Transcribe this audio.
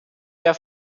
mehr